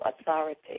authority